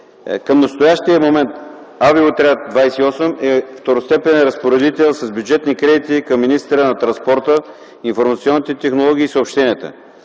Към настоящия момент Авиоотряд 28 е второстепенен разпоредител с бюджетни кредити към министъра на транспорта, информационните технологии и съобщенията.